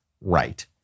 right